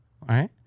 right